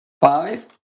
Five